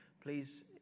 Please